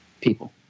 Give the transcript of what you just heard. people